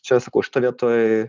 čia sakau šitoj vietoj